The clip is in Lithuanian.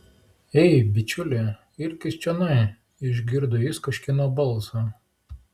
ei bičiuli irkis čionai išgirdo jis kažkieno balsą